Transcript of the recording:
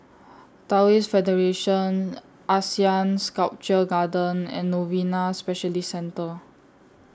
Taoist Federation Asean Sculpture Garden and Novena Specialist Centre